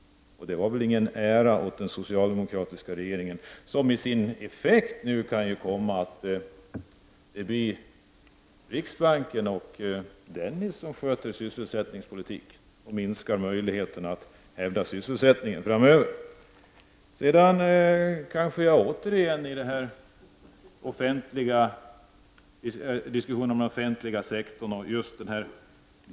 Det var väl ingen ära för den socialdemokratiska regeringen. Som en effekt av detta kan det nu bli så, att det är riksbanken och Bengt Dennis som sköter sysselsättningspolitiken. Det minskar möjligheterna att hävda sysselsättningen framöver. Sedan åter till diskussionen om den offentliga sektorn och Dalamodellen.